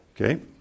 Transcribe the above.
Okay